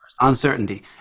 Uncertainty